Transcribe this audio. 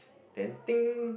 then ding